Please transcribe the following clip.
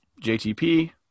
JTP